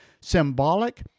symbolic